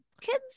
kids